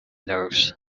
nerves